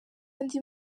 andi